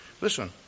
listen